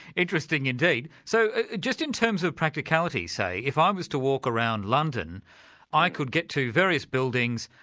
interesting indeed. so just in terms of practicality say, if ah i was to walk around london i could get to various buildings,